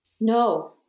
no